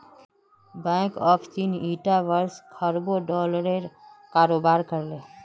bank of चीन ईटा वर्ष खरबों डॉलरेर कारोबार कर ले